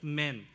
men